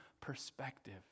perspective